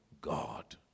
God